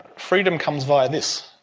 freedom comes via this,